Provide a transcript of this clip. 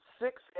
six